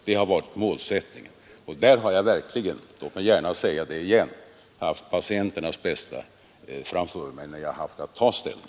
Det har varit målsättningen, och där har jag — låt mig säga det igen — haft patienternas bästa för ögonen, när jag haft att ta ställning.